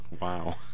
Wow